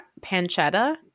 pancetta